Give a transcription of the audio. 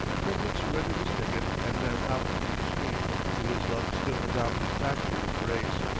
kirkwood surrendered his ticket and ran out into the street with his luck still a dominant factor in the race.